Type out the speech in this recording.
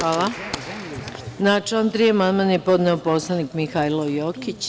Na član 3. amandman je podneo poslanik Mihailo Jokić.